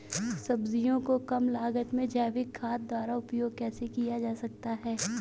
सब्जियों को कम लागत में जैविक खाद द्वारा उपयोग कैसे किया जाता है?